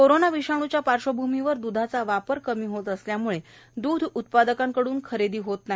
corona विषाणूच्या पार्श्वभूमीवर दुधाचा वापर कमी होत असल्याम्ळे दुध उत्पादकांकडून दुधाची खरेदी होत नाही